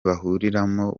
bahuriramo